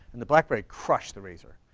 and the blackberry crushed the razor.